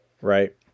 right